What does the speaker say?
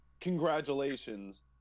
congratulations